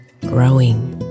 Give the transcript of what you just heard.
growing